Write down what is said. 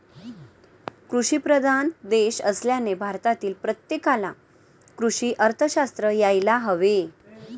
कृषीप्रधान देश असल्याने भारतातील प्रत्येकाला कृषी अर्थशास्त्र यायला हवे